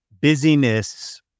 busyness